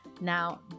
Now